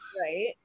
right